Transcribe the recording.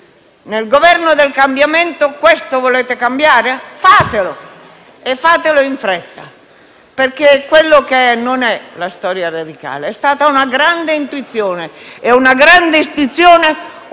Nel Governo del cambiamento, questo volete cambiare? Fatelo e fatelo in fretta, perché Radio Radicale è stata una grande intuizione e una grande istituzione utile